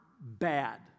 bad